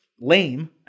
lame